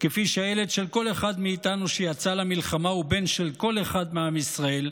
כפי שהילד של כל אחד מאיתנו שיצא למלחמה הוא בן של כל אחד מעם ישראל,